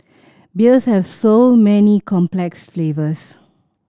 beers have so many complex flavours